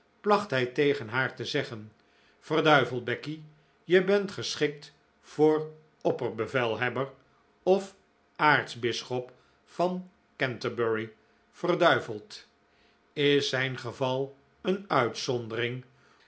placht hij tegen haar te zeggen t verduiveld becky je bent geschikt voor opperbevelhebber of aartsbisschop van canterbury verduiveld is zijn geval een uitzondering